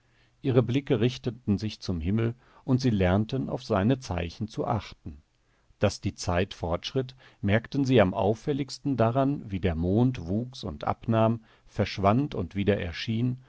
ihre blickte richteten sich zum himmel und sie lernten auf seine zeichen zu achten daß die zeit fortschritt merkten sie am auffälligsten daran wie der mond wuchs und abnahm verschwand und wieder erschien